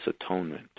atonement